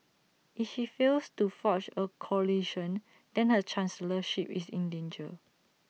if she fails to forge A coalition then her chancellorship is in danger